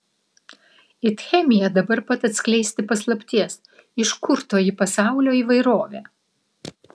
it chemija dabar pat atskleisti paslapties iš kur toji pasaulio įvairovė